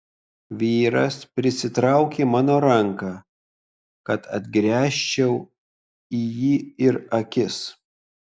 vyras prisitraukė mano ranką kad atgręžčiau į jį ir akis